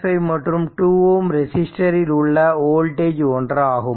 5 மற்றும் 2 Ω ரெசிஸ்டரில் உள்ள வோல்டேஜ் ஒன்றாகும்